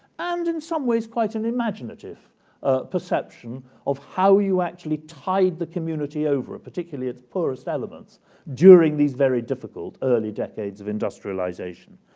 and in some ways quite an imaginative perception of how you actually tied the community over it, particularly its poorest elements during these very difficult early decades of industrialization.